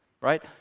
right